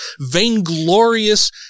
vainglorious